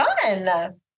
Fun